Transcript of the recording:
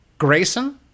Grayson